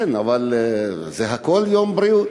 כן, וזה הכול יום בריאות.